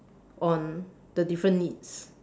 on the different needs